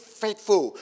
faithful